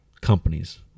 companies